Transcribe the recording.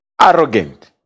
arrogant